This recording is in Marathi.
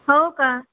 हो का